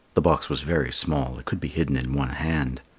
the box was very small it could be hidden in one hand.